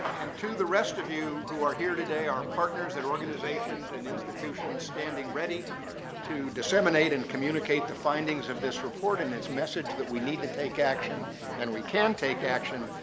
and to the rest of you who are here today are partners at organizations and institutions standing ready to disseminate and communicate the findings of this report and its message that we need to take action and we can take action,